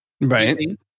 Right